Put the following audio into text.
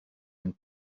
and